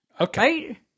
Okay